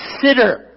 consider